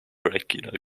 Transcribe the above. regular